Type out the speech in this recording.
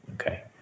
Okay